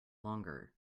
longer